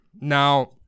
Now